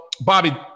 Bobby